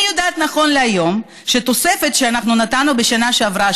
אני יודעת נכון להיום שאת התוספת שאנחנו נתנו בשנה שעברה,